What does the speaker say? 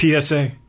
PSA